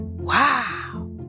Wow